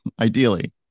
Ideally